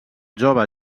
jove